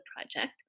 project